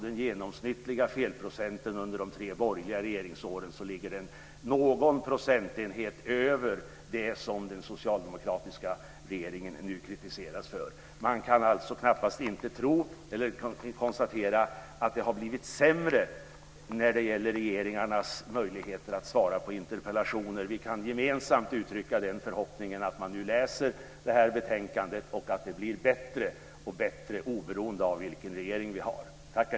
Den genomsnittliga felprocentssiffran under de tre borgerliga regeringsåren ligger någon procentenhet över den siffra som den socialdemokratiska regeringen nu kritiseras för. Man kan alltså knappast konstatera att det blivit sämre när det gäller regeringarnas möjligheter att svara på interpellationer. Gemensamt kan vi uttrycka förhoppningen att man läser detta betänkande och att det blir bättre och bättre, oberoende av vilken regering vi har.